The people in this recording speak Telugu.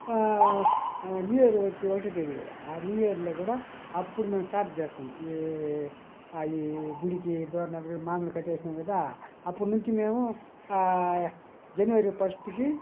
న్యూయర్ వచ్చి ఒకటో తేదీ కదా ఆ న్యూయర్లో కూడా అప్పుడు మేము స్టార్ట్ చేస్తాము అయ్యి గుడికి తోరణాలు మామిడి కట్టేసినం కదా అప్పటినుంచి మేము జనవరి ఫస్ట్కి